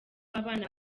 w’abana